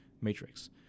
matrix